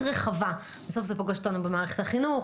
רחבה בסוף זה פוגש אותנו במערכת החינוך,